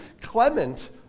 Clement